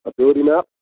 AbilityMap